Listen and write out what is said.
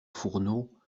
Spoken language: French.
fourneau